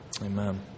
Amen